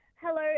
Hello